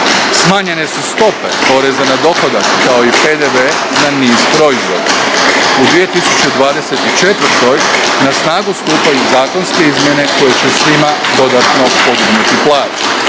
Smanjene su stope poreza na dohodak, kao i PDV na niz proizvoda. U 2024. na snagu stupaju zakonske izmjene koje će svima dodatno podignuti plaće.